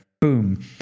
boom